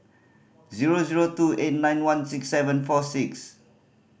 zero zero two eight nine one six seven four six